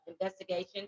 investigation